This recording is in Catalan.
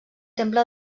temple